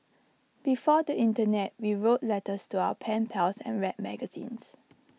before the Internet we wrote letters to our pen pals and read magazines